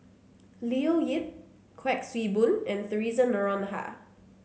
Leo Yip Kuik Swee Boon and Theresa Noronha